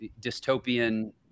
dystopian